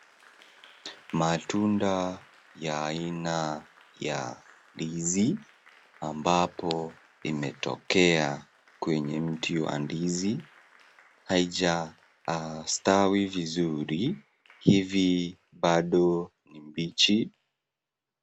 Matunda ya aina ya ndizi, ambapo imetokea kwenye mti wa ndizi, haijastawi vizuri hivi bado ni mbichi.